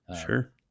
Sure